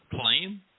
claim